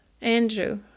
Andrew